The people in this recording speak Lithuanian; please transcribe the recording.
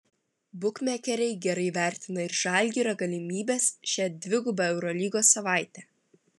bukmekeriai gerai vertina ir žalgirio galimybes šią dvigubą eurolygos savaitę